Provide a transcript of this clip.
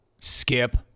skip